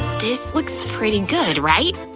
this looks pretty good, right?